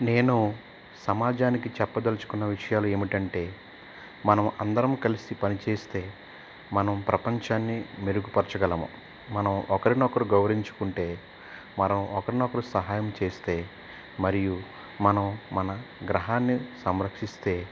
నేను సమాజానికి చెప్పదలుచుకున్న విషయాలు ఏమిటంటే మనం అందరం కలిసి పనిచేస్తే మనం ప్రపంచాన్ని మెరుగుపరచగలము మనం ఒకరినొకరు గౌరించుకుంటే మనం ఒకరినొకరు సహాయం చేస్తే మరియు మనం మన గ్రహాన్ని సంరక్షిస్తే